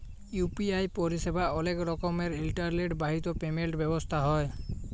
UPI পরিসেবা অলেক রকমের ইলটারলেট বাহিত পেমেল্ট ব্যবস্থা হ্যয়